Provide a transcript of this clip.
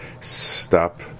stop